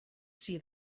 see